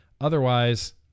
otherwise